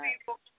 people